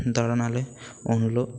ᱫᱟᱬᱟᱱᱟᱞᱮ ᱩᱱᱦᱤᱞᱚᱜ